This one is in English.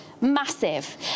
Massive